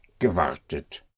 gewartet